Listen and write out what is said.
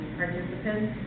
participants